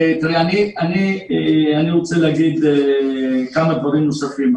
תראה, אני רוצה להגיד כמה דברים נוספים.